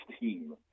team